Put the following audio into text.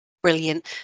Brilliant